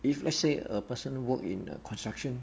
if let's say a person work in err construction